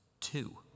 two